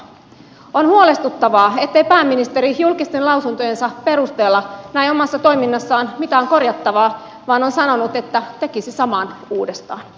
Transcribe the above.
on huolestuttavaa ettei pääministeri julkisten lausuntojensa perusteella näe omassa toiminnassaan mitään korjattavaa vaan on sanonut että tekisi saman uudestaan